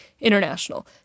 International